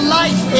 life